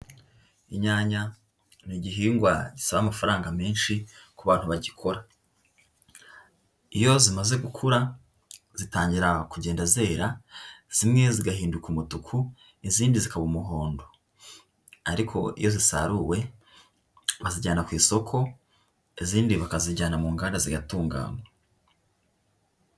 Inyanya ni igihingwa gisaba amafaranga menshi ku bantu bagikora, iyo zimaze gukura zitangira kugenda zera, zimwe zigahinduka umutuku, izindi zikaba umuhondo, ariko iyo zisaruwe bazijyana ku isoko, izindi bakazijyana mu nganda zigatunganywa.